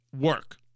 work